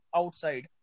outside